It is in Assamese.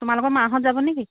তোমালোকৰ মাহঁত যাব নে কি